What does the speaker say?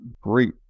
Great